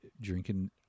drinking